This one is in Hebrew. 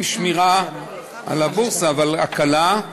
עם שמירה על הבורסה, אבל הקלה.